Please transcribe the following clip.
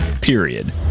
Period